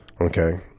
Okay